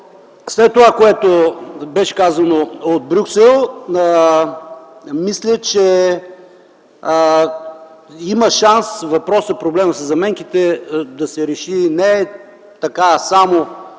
след това, което беше казано от Брюксел, мисля, че има шанс проблемът със заменките да се реши не само